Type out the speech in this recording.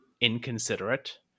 inconsiderate